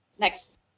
Next